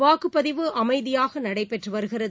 வாக்குப்பதிவு அமைதியாக நடைபெற்று வருகிறது